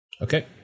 Okay